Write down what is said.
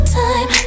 time